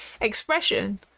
expression